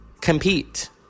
compete